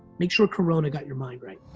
make sure corona got your mind right.